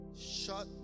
shut